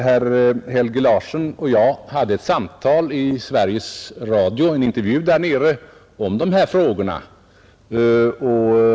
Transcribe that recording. Herr Helge Larsen och jag hade ett samtal där nere — det var en intervju i Sveriges Radio.